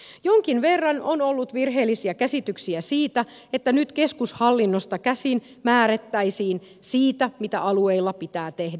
jonkin verran on ollut virheellisiä käsityksiä siitä että nyt keskushallinnosta käsin määrättäisiin siitä mitä alueilla pitää tehdä